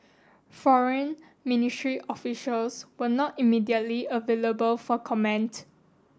Foreign Ministry officials were not immediately available for comment